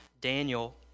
Daniel